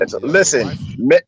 Listen